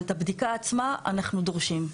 אבל את הבדיקה עצמה אנחנו דורשים.